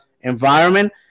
environment